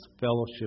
fellowship